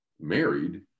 married